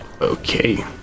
Okay